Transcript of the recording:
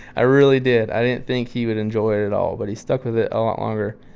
i really did. i didn't think he would enjoy it all. but he stuck with it a lot longer.